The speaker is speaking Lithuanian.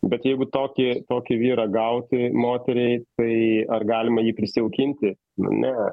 bet jeigu tokį tokį vyrą gauti moteriai tai ar galima jį prisijaukinti nu ne